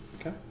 Okay